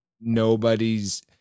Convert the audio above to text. nobody's